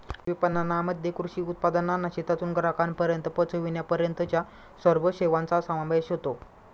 कृषी विपणनामध्ये कृषी उत्पादनांना शेतातून ग्राहकांपर्यंत पोचविण्यापर्यंतच्या सर्व सेवांचा समावेश होतो